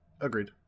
Agreed